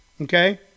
okay